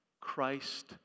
Christ